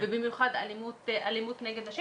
ובמיוחד אלימות נגד נשים.